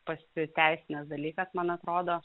pasiteisinęs dalykas man atrodo